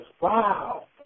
wow